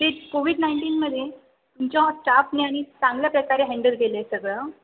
ते कोविड नाईन्टीनमध्ये तुमच्या स्टाफने आणि चांगल्या प्रकारे हँडल केलं आहे सगळं